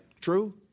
True